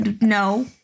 no